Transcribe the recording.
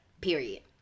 period